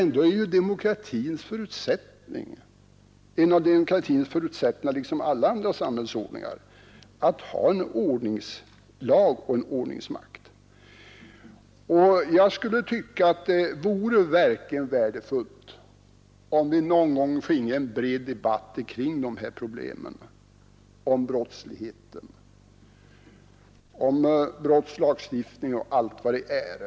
Ändå är det förutsättningen för demokratin liksom för alla andra samhällsordningar att det finns en lag och en ordningsmakt. Det vore verkligen värdefullt om vi någon gång finge en bred debatt kring just dessa problem med brottsligheten, brottslagstiftningen och allt annat som hör dit.